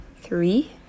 three